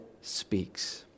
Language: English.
speaks